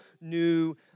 new